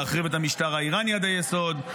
להחריב את המשטר האיראני עד היסוד,